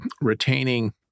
retaining